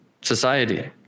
society